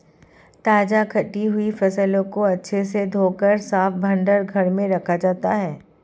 ताजा कटी हुई फसलों को अच्छे से धोकर साफ भंडार घर में रखा जाता है